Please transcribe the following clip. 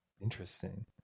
Interesting